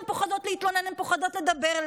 הן פוחדות להתלונן, הן פוחדות לדבר.